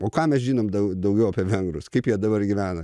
o ką mes žinom dau daugiau apie vengrus kaip jie dabar gyvena